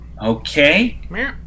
Okay